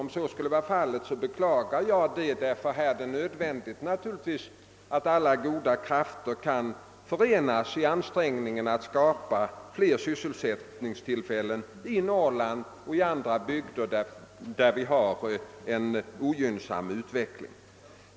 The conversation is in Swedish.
Om så skulle vara fallet beklagar jag det, ty här är det naturligtvis nödvändigt att alla goda krafter kan förenas i ansträngningen att skapa fler sysselsättningstillfällen i Norrland och i andra bygder med en ogynnsam utveckling.